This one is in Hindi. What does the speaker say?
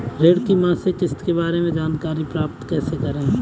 ऋण की मासिक किस्त के बारे में जानकारी कैसे प्राप्त करें?